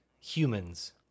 humans